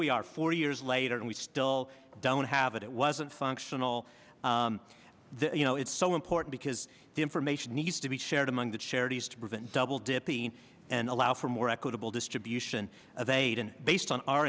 we are four years later and we still don't have it it wasn't functional the you know it's so important because the information needs to be shared among the charities to prevent double dipping and allow for more equitable distribution of aid and based on our